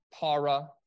para